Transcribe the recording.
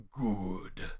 good